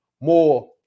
more